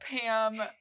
Pam